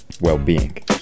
well-being